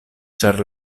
ĉar